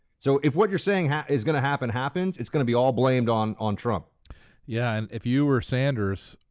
so if what you're saying is going to happen happens, it's going to be all blamed on on trump. porter yeah and if you were sanders,